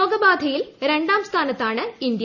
രോഗബാധയിൽ രണ്ടാം സ്ഥാനത്താണ് ഇന്ത്യ